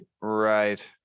Right